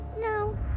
No